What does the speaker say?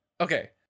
Okay